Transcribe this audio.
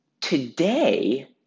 Today